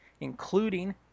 including